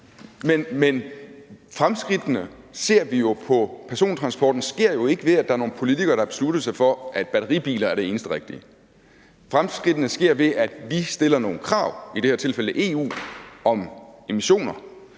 at fremskridtene på persontransporten sker, ved at der er nogle politikere, der har besluttet sig for, at batteribiler er det eneste rigtige. Fremskridtene sker, ved at vi stiller nogle krav, i det her tilfælde EU, om emissioner,